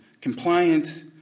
compliance